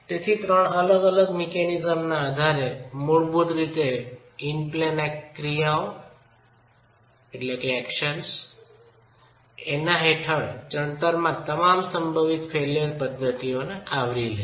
તેથી ત્રણ અલગ અલગ મિકેનિઝમ્સના આધારે મૂળભૂત રીતે ઇન પ્લેન ક્રિયાઓ હેઠળ ચણતરમાં તમામ સંભવિત ફેઇલ્યર પદ્ધતિઓને આવરી લે છે